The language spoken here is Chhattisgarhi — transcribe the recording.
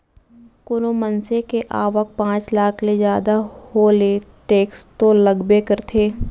कोनो मनसे के आवक पॉच लाख ले जादा हो ले टेक्स तो लगबे करथे